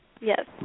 Yes